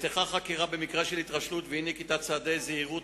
נפתחת חקירה במקרה של התרשלות ואי-נקיטת צעדי זהירות